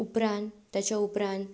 उपरांत ताच्या उपरांत